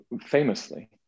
famously